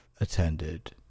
attended